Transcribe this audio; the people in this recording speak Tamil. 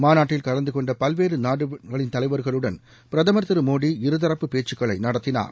மாநாட்டில் கலந்து கொண்ட பல்வேறு நாடுகளின் தலைவா்களுடன் பிரதமா் திரு மோடி இருதரப்பு பேச்சுகளை நடத்தினார்